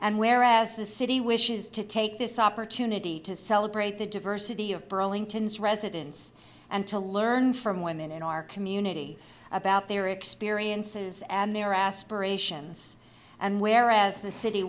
and whereas the city wishes to take this opportunity to celebrate the diversity of burlington's residents and to learn from women in our community about their experiences and their aspirations and where as the city